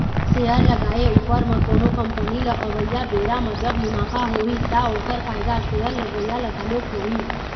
share लगाए उपर म कोनो कंपनी ल अवइया बेरा म जब मुनाफा होही ता ओखर फायदा शेयर लगइया ल घलोक होही